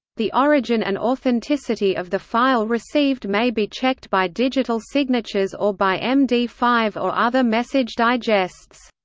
the origin and authenticity of the file received may be checked by digital signatures or by m d five or other message digests.